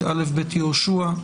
יהושע,